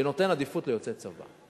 שנותן עדיפות ליוצאי צבא.